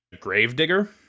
gravedigger